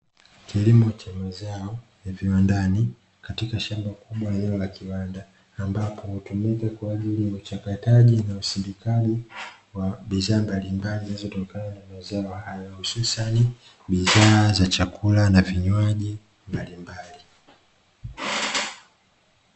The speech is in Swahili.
Kilimo cha mazao ya viwandani katika shamba kubwa eneo la kiwanda ambapo hutumika kwa ajili ya uchakataji na usindikaji wa bidhaa mbalimbali zinazotokana na mazao hayo hususan bidhaa za chakula na vinywaji mbalimbali.